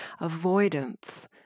avoidance